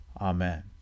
Amen